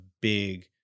big